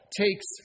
takes